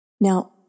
Now